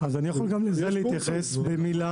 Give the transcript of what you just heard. אני יכול גם להתייחס במילה.